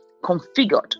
configured